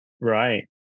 Right